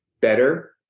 better